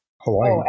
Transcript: Hawaii